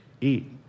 eat